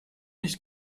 nicht